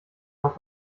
auch